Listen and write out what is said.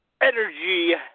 energy